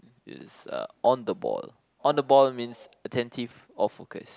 is uh on the ball on the ball means attentive or focus